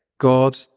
God